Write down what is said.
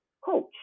coach